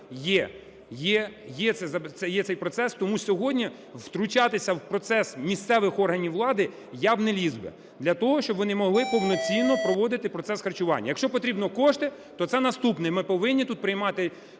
є цей процес. Тому сьогодні втручатися в процес місцевих органів влади - я б не ліз би, для того щоб вони могли повноцінно проводити процес харчування. Якщо потрібно кошти, то це наступне, ми повинні тут приймати